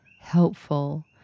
helpful